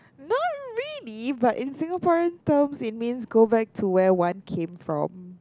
not really but in Singapore terms it means go back to where one came from